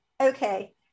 okay